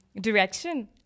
direction